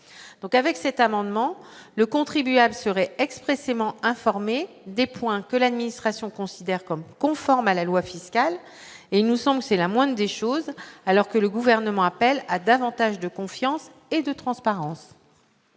avec cet amendement, le contribuable serait expressément informé des points que l'administration considère comme conforme à la loi fiscale et il nous semble, c'est la moindre des choses, alors que le gouvernement appelle à davantage de confiance et de transparence.